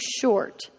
short